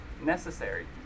necessary